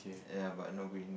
ya but nobody